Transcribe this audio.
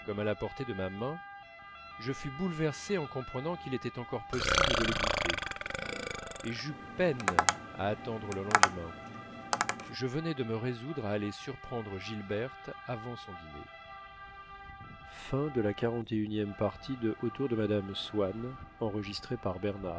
à la portée de ma main je fus bouleversé en comprenant qu'il était encore possible de le goûter et j'eus peine à attendre le lendemain je venais de me résoudre à aller surprendre gilberte avant son dîner